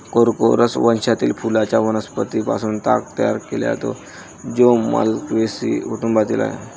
Corchorus वंशातील फुलांच्या वनस्पतीं पासून ताग तयार केला जातो, जो माल्व्हेसी कुटुंबातील आहे